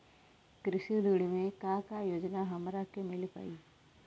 कृषि ऋण मे का का योजना हमरा के मिल पाई?